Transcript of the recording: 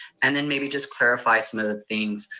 and then maybe just clarify some of the things,